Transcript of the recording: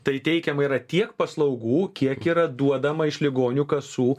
tai įteikiama yra tiek paslaugų kiek yra duodama iš ligonių kasų